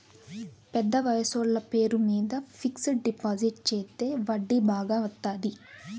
పెద్ద వయసోళ్ల పేరు మీద ఫిక్సడ్ డిపాజిట్ చెత్తే వడ్డీ బాగా వత్తాది